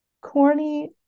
corny